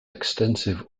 extensive